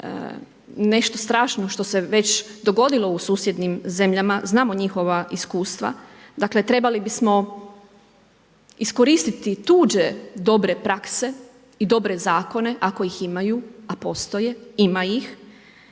nešto strašno što se već dogodilo u susjednim zemljama, znamo njihova iskustva. Dakle trebali bismo iskoristiti tuđe dobre prakse i dobre zakone ako ih imaju a postoje, ima ih.